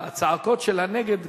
הצעקות של ה"נגד",